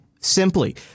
simply